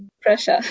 pressure